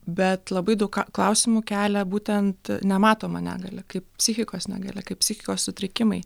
bet labai daug ka klausimų kelia būtent nematoma negalia kaip psichikos negalia kaip psichikos sutrikimai